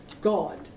God